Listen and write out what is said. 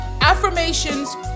Affirmations